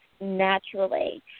naturally